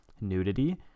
nudity